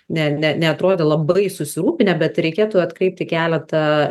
ne ne neatrodė labai susirūpinę bet reikėtų atkreipt į keletą